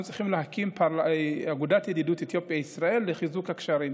אנחנו צריכים להקים אגודת ידידות אתיופיה-ישראל לחיזוק הקשרים.